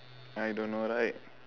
I don't know right